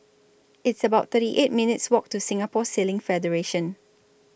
It's about thirty eight minutes' Walk to Singapore Sailing Federation